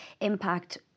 impact